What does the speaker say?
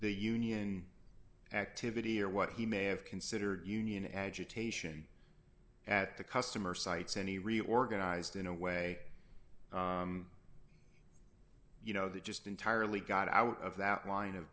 the union activity or what he may have considered union agitation at the customer sites any reorganized in a way you know that just entirely got out of that line of